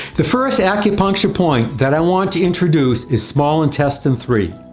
the first acupuncture point that i want to introduce is small intestine three.